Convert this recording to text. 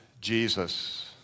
Jesus